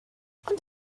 ond